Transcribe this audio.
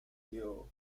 you